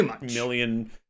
million